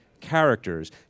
Characters